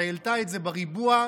והעלתה את זה בריבוע.